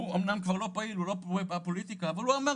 הוא אמנם כבר לא פעיל בפוליטיקה אבל הוא אמר